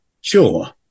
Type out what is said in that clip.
Sure